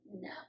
No